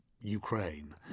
Ukraine